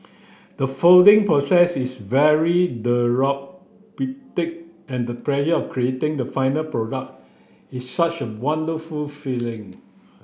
the folding process is very and that pleasure of creating the final product is such a wonderful feeling